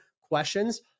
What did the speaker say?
questions